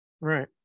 right